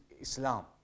Islam